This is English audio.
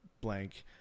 Blank